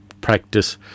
practice